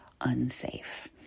unsafe